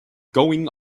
going